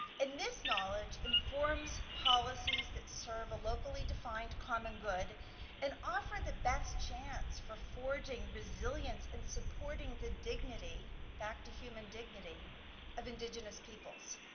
and this knowledge informs policies that serve a locally defined common good and offer the best chance for forging resilience and supporting the dignity back to human dignity of indigenous peoples.